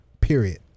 period